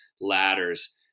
ladders